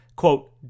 quote